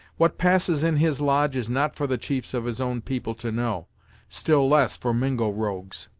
what passes in his lodge is not for the chiefs of his own people to know still less for mingo rogues